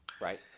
Right